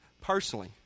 personally